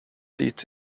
seat